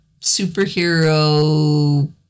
superhero